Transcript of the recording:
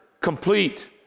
complete